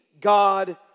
God